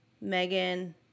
Megan